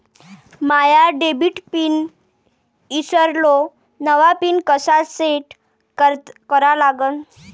माया debit pin ईसरलो, नवा pin कसा सेट करा लागन?